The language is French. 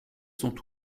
sont